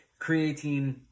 Creatine